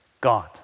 God